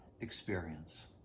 experience